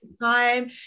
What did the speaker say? time